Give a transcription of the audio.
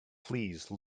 please